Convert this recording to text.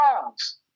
songs